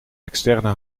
externe